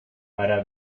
para